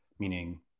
meaning